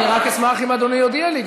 אני רק אשמח אם אדוני יודיע לי,